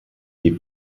die